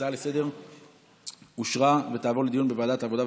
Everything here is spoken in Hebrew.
ההצעה לסדר-היום אושרה ועוברת לדיון בוועדת העבודה,